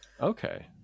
okay